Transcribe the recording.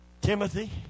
Timothy